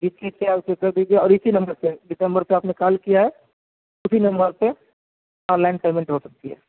کسی سے آپ پے کر دیجئے اور اِسی نمبر پہ جس نمبر پہ آپ نے کال کیا ہے اُسی نمبر پہ آن لائن پے منٹ ہو سکتی ہے